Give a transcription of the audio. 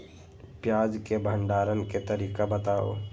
प्याज के भंडारण के तरीका बताऊ?